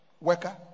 worker